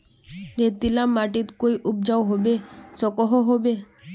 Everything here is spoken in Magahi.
रेतीला माटित कोई उपजाऊ होबे सकोहो होबे?